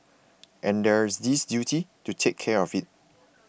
and there is this duty to take care of it